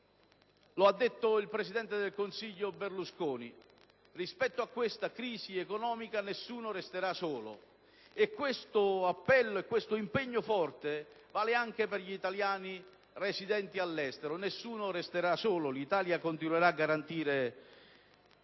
Lo ha detto il presidente del Consiglio Berlusconi: rispetto a questa crisi economica nessuno resterà solo. E questo appello e questo impegno forte vale anche per gli italiani residenti all'estero: nessuno resterà solo, l'Italia continuerà a garantire, seppur